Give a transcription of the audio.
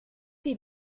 die